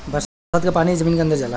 बरसात क पानी ही जमीन के अंदर जाला